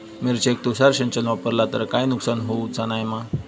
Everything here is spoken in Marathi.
मिरचेक तुषार सिंचन वापरला तर काय नुकसान होऊचा नाय मा?